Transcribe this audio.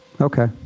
Okay